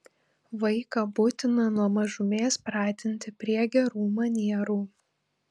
vaiką būtina nuo mažumės pratinti prie gerų manierų